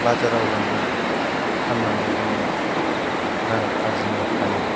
बाजाराव लांना फाननानै जोङो रां आरजिनो हायो